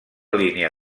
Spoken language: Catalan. línia